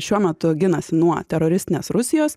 šiuo metu ginasi nuo teroristinės rusijos